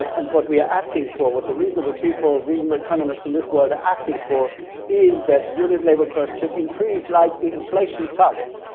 and what we're asking for, what the reasonable people, reasonable economists in this world are asking for is that unit labor costs should increase like the inflation target.